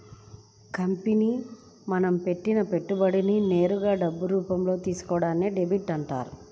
company మనం పెట్టిన పెట్టుబడులను నేరుగా డబ్బు రూపంలో తీసుకోవడాన్ని డెబ్ట్ అంటారు